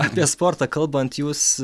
apie sportą kalbant jūs